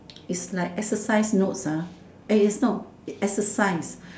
is like exercise notes is no exercise